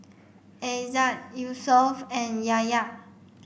Izzat Yusuf and Yahya